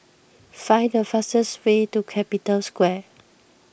find the fastest way to Capital Square